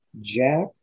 Jack